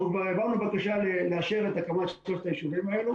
אנחנו כבר העברנו בקשה לאשר את הקמת שלושת היישובים האלה.